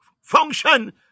function